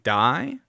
die